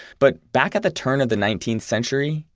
but back at the turn of the nineteenth century,